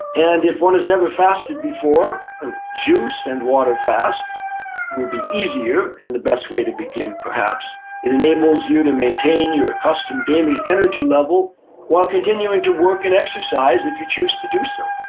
and if one has never fasted before, a juice and water fast will be easier and the best way to begin perhaps. it enables you to maintain your custom daily energy level while continuing to work and exercise if you choose to do so.